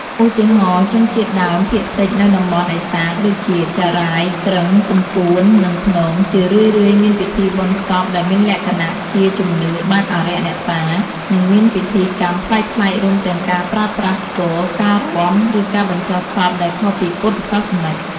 ឧទាហរណ៍ ជនជាតិដើមភាគតិចនៅតំបន់ឦសានដូចជា ចារ៉ាយ គ្រឹង ទំពួន និងព្នង ជារឿយៗមានពិធីបុណ្យសពដែលមានលក្ខណៈជាជំនឿបែបអារក្សអ្នកតា និងមានពិធីកម្មប្លែកៗ រួមទាំងការប្រើប្រាស់ស្គរ ការរាំ ឬការបញ្ចុះសពដែលខុសពីពុទ្ធសាសនិក។